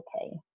okay